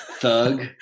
thug